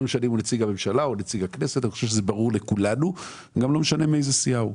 לא משנה אם הוא נציג הממשלה או הכנסת ולא משנה מאיזו סיעה הוא.